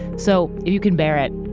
so, if you can bear it,